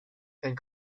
and